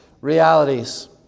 realities